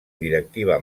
directiva